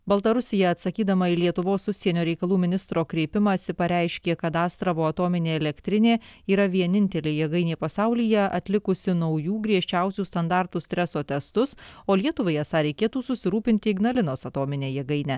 baltarusija atsakydama į lietuvos užsienio reikalų ministro kreipimąsi pareiškė kad astravo atominė elektrinė yra vienintelė jėgainė pasaulyje atlikusi naujų griežčiausių standartų streso testus o lietuvai esą reikėtų susirūpinti ignalinos atomine jėgaine